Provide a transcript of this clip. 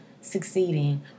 succeeding